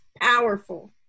powerful